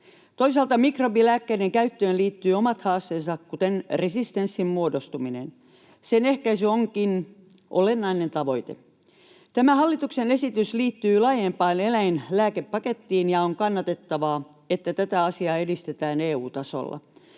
Toisaalta mikrobilääkkeiden käyttöön liittyvät omat haasteensa, kuten resistenssin muodostuminen. Sen ehkäisy onkin olennainen tavoite. Tämä hallituksen esitys liittyy laajempaan eläinlääkepakettiin, ja on kannatettavaa, että tätä asiaa edistetään EU-tasolla.